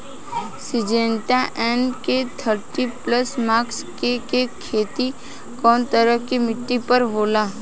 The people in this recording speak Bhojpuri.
सिंजेंटा एन.के थर्टी प्लस मक्का के के खेती कवना तरह के मिट्टी पर होला?